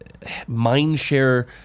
mindshare